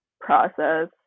process